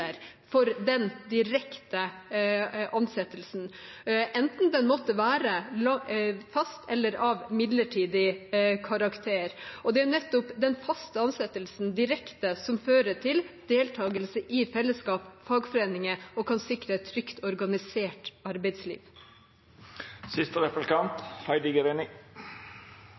for den direkte ansettelsen – enten den måtte være av fast eller midlertidig karakter. Og det er nettopp den faste direkte ansettelsen som fører til deltakelse i fellesskap, fagforeninger, og som kan sikre et trygt organisert